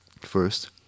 first